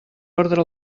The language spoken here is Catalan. ordre